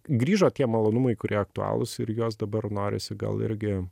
grįžo tie malonumai kurie aktualūs ir juos dabar norisi gal irgi